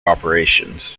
operations